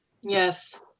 Yes